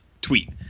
tweet